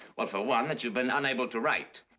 well, for one, that you've been unable to write.